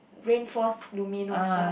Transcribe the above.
rain forest luminosa